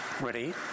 ready